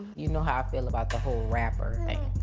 you know how i feel about the whole rapper thing.